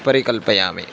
परिकल्पयामि